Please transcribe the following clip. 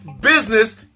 business